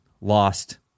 lost